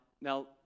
now